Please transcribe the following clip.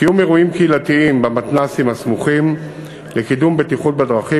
קיום אירועים קהילתיים במתנ"סים הסמוכים לקידום בטיחות בדרכים,